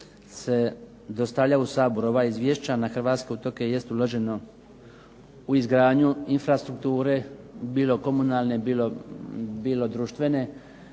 se dostavljaju u Sabor ova izvješća na hrvatske otoke jest uloženo u izgradnju infrastrukture, bilo komunalne, bilo društvene,